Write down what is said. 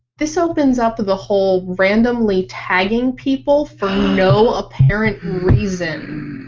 this opens up the whole randomly tagging people for no apparent reason.